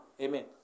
Amen